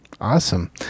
awesome